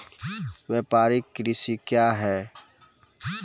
व्यापारिक कृषि क्या हैं?